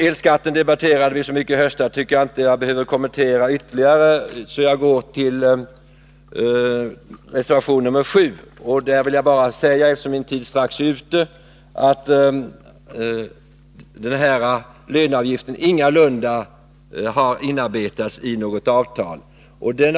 Elskatten debatterade vi så mycket i höstas, så den tycker jag inte att jag behöver kommentera ytterligare, utan jag går över till reservation nr 7. Där vill jag bara säga, eftersom min taletid strax är ute, att löneavgiften ingalunda har inarbetats i något avtal.